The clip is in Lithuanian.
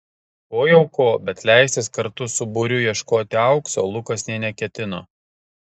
ko jau ko bet leistis kartu su būriu ieškoti aukso lukas nė neketino